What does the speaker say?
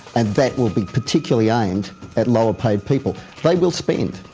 and that will be particularly aimed at lower paid people. they will spend.